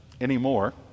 anymore